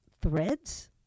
threads